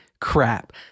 crap